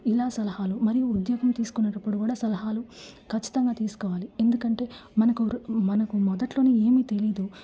ఇలా సలహాలు ఉద్యోగం తీసుకునేటప్పుడు కూడా సలహాలు ఖచ్చితంగా తీసుకోవాలి ఎందుకంటే మనకు రు మనకు మొదట్లో ఏమి తెలీదు